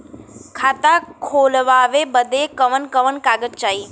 खाता खोलवावे बादे कवन कवन कागज चाही?